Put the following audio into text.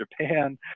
Japan